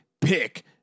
Pick